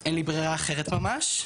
אין לי ברירה אחרת ממש.